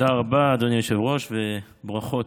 תודה רבה, אדוני היושב-ראש, וברכות.